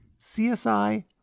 CSI